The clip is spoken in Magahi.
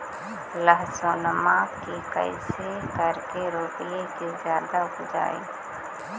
लहसूनमा के कैसे करके रोपीय की जादा उपजई?